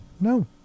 No